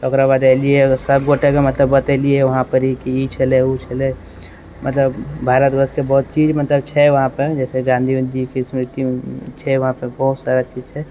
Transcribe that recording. ओकराबाद अएलियै सबगोटेके मतलब बतेलियै की वहाँपरी की ई छलै उ छलै मतलब भारतवर्षके बहुत चीज मतलब छै वहाँपर जैसे गाँधी जीके स्मृति छै वहाँपर बहुत सारा चीज छै